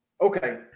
okay